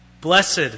Blessed